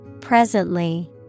Presently